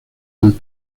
del